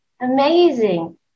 Amazing